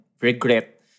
regret